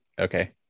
Okay